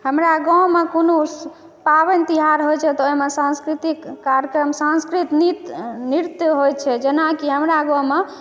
हमरा गाँवमे कोनो पाबनि तिहार होयत छै तऽ ओहिमे सांस्कृतिक कार्यक्रम सांस्कृतिक नृत्य होयत छै जेनाकि हमरा गाँवमे